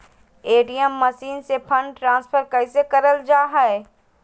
ATM machine से fund transfer कैसे करल जा है?